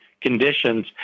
conditions